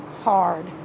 hard